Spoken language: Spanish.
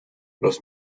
los